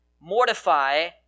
mortify